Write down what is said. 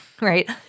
right